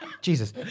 Jesus